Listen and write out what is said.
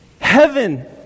Heaven